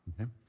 Okay